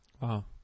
Wow